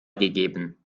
gegeben